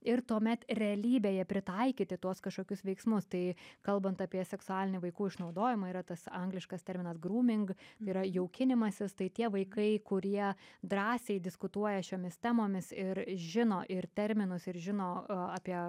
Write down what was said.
ir tuomet realybėje pritaikyti tuos kažkokius veiksmus tai kalbant apie seksualinį vaikų išnaudojimą yra tas angliškas terminas grūming yra jaukinimas ir tai tie vaikai kurie drąsiai diskutuoja šiomis temomis ir žino ir terminus ir žino apie